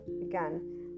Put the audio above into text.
again